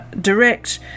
direct